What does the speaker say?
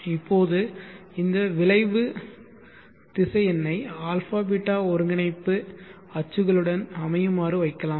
இப்போது இந்த விளைவு திசை என்னை αß ஒருங்கிணைப்பு அச்சுகளுடன் அமையுமாறு வைக்கலாம்